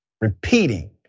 repeating